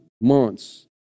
months